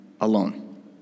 alone